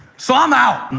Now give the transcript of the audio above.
so i'm out.